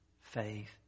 faith